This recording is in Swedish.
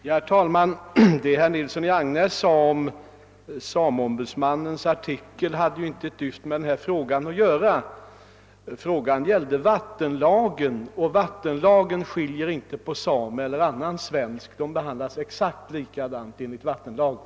Herr talman! Vad herr Nilsson i Agnäs här sade om sameombudsmannens artikel har inte ett dugg med den fråga att göra som vi nu diskuterar. Den gäller ju vattenlagen, och den lagen skiljer inte på same och annan svensk. De behandlas exakt likadant enligt vattenlagen.